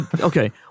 Okay